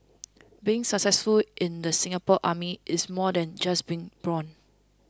being successful in the Singapore Army is more than just being brawn